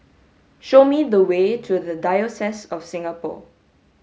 show me the way to The Diocese of Singapore